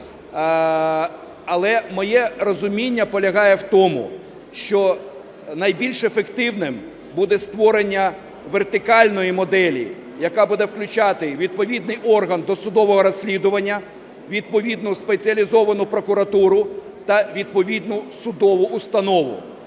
Але моє розуміння полягає в тому, що найбільш ефективним буде створення вертикальної моделі, яка буде включати відповідний орган досудового розслідування, відповідну спеціалізовану прокуратуру та відповідну судову установу.